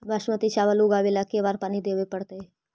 बासमती चावल उगावेला के बार पानी देवे पड़तै?